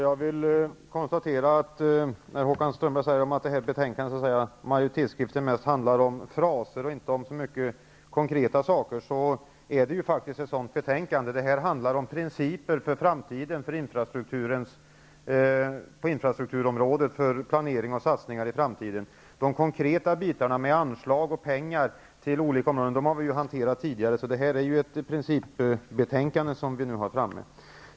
Fru talman! Håkan Strömberg säger att majoritetsskrivningen i betänkandet mest innehåller fraser och inte så mycket konkret. Men det är fråga om just en sådan typ av betänkande. Det handlar om principer för framtiden på infrastrukturområdet, för planering och satsningar i framtiden. De konkreta insatserna i form av anslag till olika områden har vi behandlat tidigare. Det som vi nu har lagt fram är ett principbetänkande.